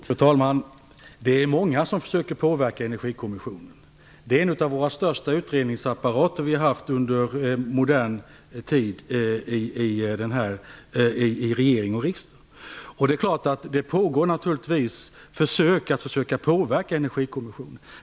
Fru talman! Det är många som försöker påverka Energikommissionen, som är en av de största utredningsapparaterna i regering och riksdag under modern tid. Naturligtvis pågår försök att påverka Energikommissionen.